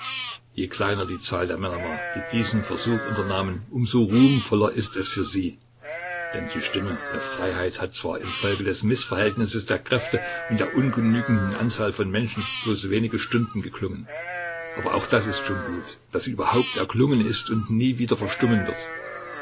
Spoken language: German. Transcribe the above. je kleiner die zahl der männer war die diesen versuch unternahmen um so ruhmvoller ist es für sie denn die stimme der freiheit hat zwar infolge des mißverhältnisses der kräfte und der ungenügenden anzahl von menschen bloß wenige stunden geklungen aber auch das ist schon gut daß sie überhaupt erklungen ist und nie wieder verstummen wird